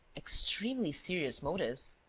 extremely serious motives.